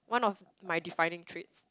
one of my defining traits